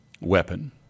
weapon